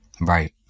Right